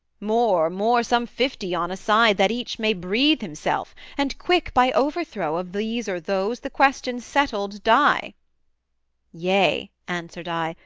more, more some fifty on a side, that each may breathe himself, and quick! by overthrow of these or those, the question settled die yea, answered i,